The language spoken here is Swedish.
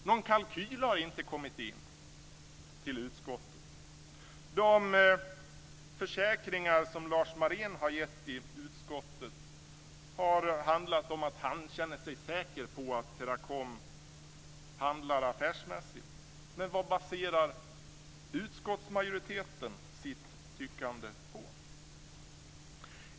Någon kalkyl har inte kommit in till utskottet. De försäkringar som Lars Marén har gett till utskottet har handlat om att han känner sig säker på att Teracom handlar affärsmässigt. Men vad baserar utskottsmajoriteten sitt tyckande på?